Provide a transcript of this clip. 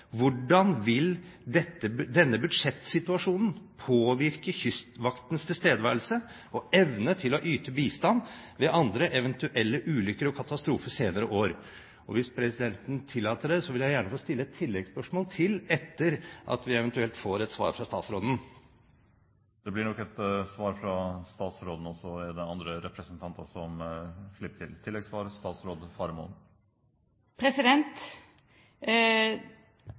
Hvordan vil denne budsjettsituasjonen påvirke Kystvaktens tilstedeværelse og evne til å yte bistand ved eventuelle andre ulykker og katastrofer senere i år? Hvis presidenten tillater det, vil jeg gjerne få stille et tilleggsspørsmål til etter at vi eventuelt får et svar fra statsråden. Det blir nok et svar fra statsråden, og så er det andre representanter som slipper til.